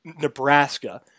Nebraska